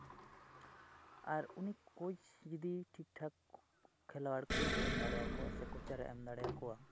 ᱟᱨ ᱩᱱᱤ ᱠᱳᱪ ᱡᱩᱫᱤ ᱴᱷᱤᱠᱼᱴᱷᱟᱠ ᱠᱷᱮᱞᱳᱣᱟᱲ ᱠᱚ ᱠᱳᱪᱮᱭ ᱮᱢ ᱫᱟᱲᱮᱣᱟᱠᱚᱣᱟ ᱥᱮ ᱠᱳᱪᱟᱨᱮᱭ ᱮᱢ ᱫᱟᱲᱮᱣᱟᱠᱚᱣᱟ